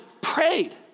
prayed